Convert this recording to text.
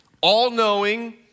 all-knowing